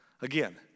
Again